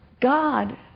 God